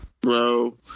bro